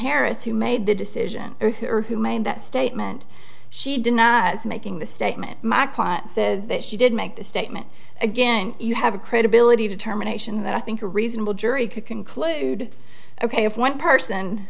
harris who made the decision or who made that statement she denies making the statement my client says that she did make the statement again you have a credibility determination that i think a reasonable jury could conclude ok if one person